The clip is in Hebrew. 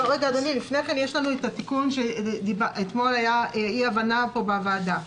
לפני כן יש לנו את התיקון שאתמול הייתה אי הבנה בוועדה,